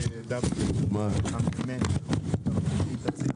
הממ"מ, תציגי,